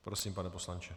Prosím, pane poslanče.